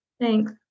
Thanks